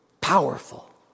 powerful